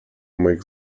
moich